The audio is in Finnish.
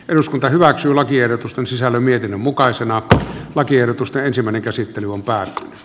eduskunta hyväksyy lakiehdotus on sisällä mietin mukaisena että lakiehdotusta ensimmäinen käsittely on taas